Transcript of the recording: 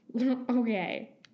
Okay